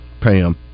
pam